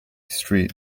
street